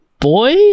boy